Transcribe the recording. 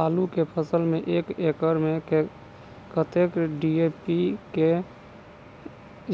आलु केँ फसल मे एक एकड़ मे कतेक डी.ए.पी केँ